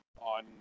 on